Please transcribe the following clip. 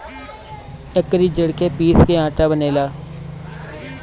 एकरी जड़ के पीस के आटा बनेला